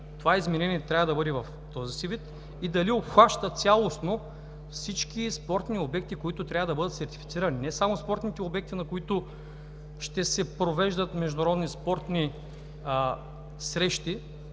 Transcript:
това изменение трябва да бъде в този си вид и дали обхваща цялостно всички спортни обекти, които трябва да бъдат сертифицирани? Не само спортните обекти, на които ще се провеждат международни спортни срещи